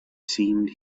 seemed